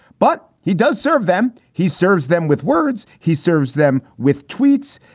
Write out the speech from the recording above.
but he does serve them. he serves them with words. he serves them with tweets.